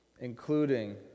Including